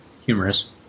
humorous